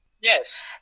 Yes